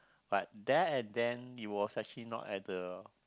but there and then it was actually not at the